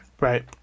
Right